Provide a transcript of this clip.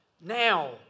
Now